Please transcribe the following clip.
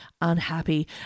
unhappy